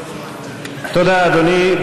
תודה, אדוני.